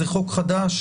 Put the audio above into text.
זה חוק חדש.